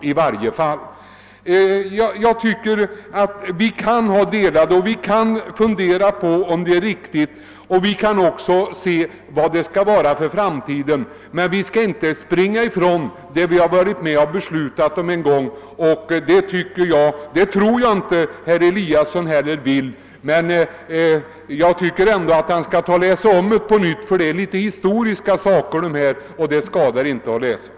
Vi kan väl ha våra funderingar om huruvida trafikpolitiken är riktigt utformad och hur den bör se ut i framtiden, men jag tror att herr Eliasson anser liksom jag att vi inte kan springa ifrån det vi en gång har beslutat. Jag vill emellertid uppmana honom att läsa de gamla handlingarna på nytt, eftersom det är ett historiskt material, som det inte skadar att läsa.